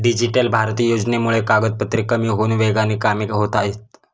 digital Bharat योजनेमुळे कागदपत्रे कमी होऊन वेगाने कामे होत आहेत